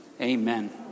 Amen